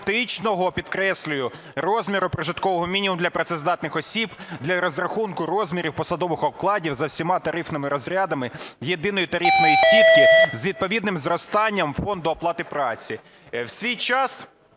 підкреслюю, – розміру прожиткового мінімуму для працездатних осіб для розрахунку розмірів посадових окладів за всіма тарифними розрядами Єдиної тарифної сітки з відповідним зростанням фонду оплати праці".